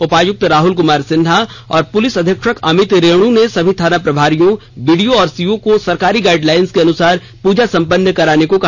उपायुक्त राहुल कुमार सिन्हा और पुलिस अधीक्षक अमित रेणु ने सभी थाना प्रभारियो बीडीओ और सीओ को सरकारी गाइडलाइस के अनुसार पूजा सम्पन्न कराने को कहा